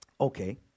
Okay